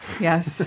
Yes